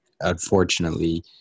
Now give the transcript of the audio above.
unfortunately